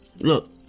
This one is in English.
Look